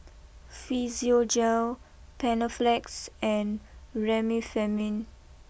Physiogel Panaflex and Remifemin